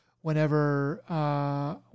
whenever